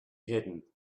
hidden